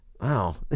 Wow